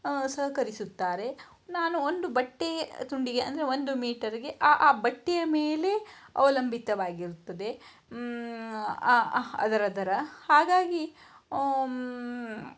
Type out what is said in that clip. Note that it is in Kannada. ಸಹಕರಿಸುತ್ತಾರೆ ನಾನು ಒಂದು ಬಟ್ಟೆ ತುಂಡಿಗೆ ಅಂದರೆ ಒಂದು ಮೀಟರ್ಗೆ ಆ ಆ ಬಟ್ಟೆಯ ಮೇಲೆ ಅವಲಂಬಿತವಾಗಿರುತ್ತದೆ ಅದರ ದರ ಹಾಗಾಗಿ